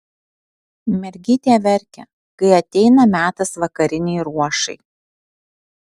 mergytė verkia kai ateina metas vakarinei ruošai